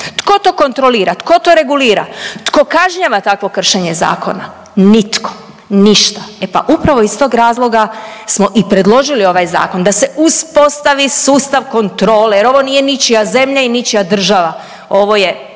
Tko to kontrolira? Tko to regulira? Tko kažnjava takvo kršenje zakona? Nitko, ništa. E pa upravo iz tog razloga smo i predložili ovaj zakon da se uspostavi sustav kontrole jer ovo nije ničija zemlja i ničija država, ovo je